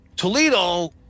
Toledo